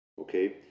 Okay